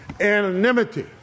anonymity